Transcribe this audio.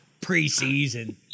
preseason